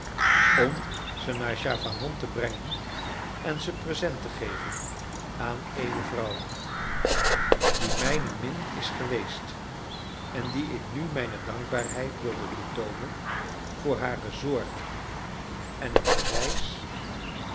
om ze naar chavanon te brengen en ze present te geven aan eene vrouw die mijne min is geweest en die ik nu mijne dankbaarheid wilde betoonen voor hare zorgen en een bewijs